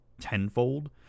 tenfold